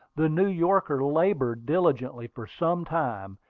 the new yorker labored diligently for some time,